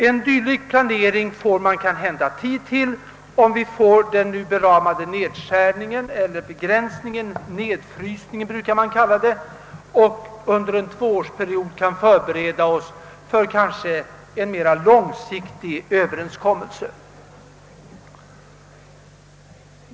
En dylik planering får man kanhända tid till, om vi nu får den beramade nedfrysningen och under en tvåårsperiod kan förbereda oss för en mer långsiktig överenskommelse.